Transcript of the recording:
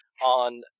on